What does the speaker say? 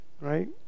right